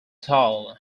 tall